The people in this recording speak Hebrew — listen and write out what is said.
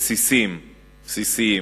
הבסיסיים.